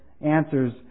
answers